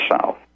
South